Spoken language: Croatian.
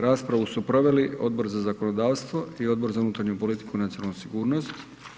Raspravu su proveli Odbor za zakonodavstvo i Odbor za unutarnju politiku i nacionalnu sigurnost.